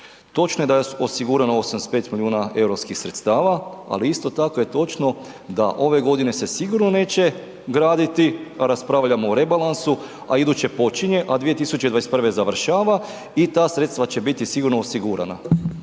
Točno je da je osigurano 85 milijuna europskih sredstava, ali isto tako je točno da ove godine se sigurno neće graditi, raspravljamo o rebalansu, a iduće počinje, a 2021. završava i ta sredstva će biti sigurno osigurana.